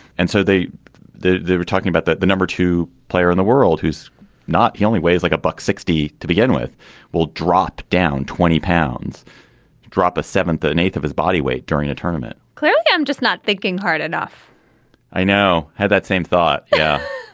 and so they they were talking about the the number two player in the world who's not the only way is like a buck sixty to begin with will drop down twenty pounds drop a seventh or eighth of his body weight during a tournament clearly i'm just not thinking hard enough i now had that same thought yeah